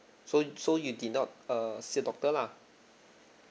so so you did not err see a doctor lah